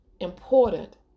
important